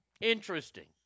Interesting